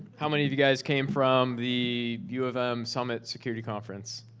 how many of you guys came from the u. of m. summit security conference?